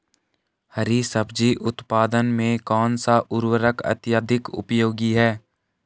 हरी सब्जी उत्पादन में कौन सा उर्वरक अत्यधिक उपयोगी है?